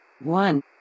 One